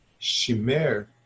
shimer